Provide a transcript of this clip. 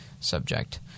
subject